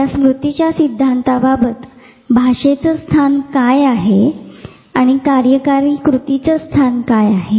तर या स्मृतीच्या सिद्धांताबाबत भाषेचे स्थान काय आहे आणि कार्यकारी कृतीचे स्थान काय आहे